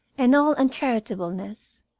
and all uncharitableness,